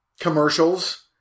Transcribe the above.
commercials